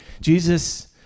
Jesus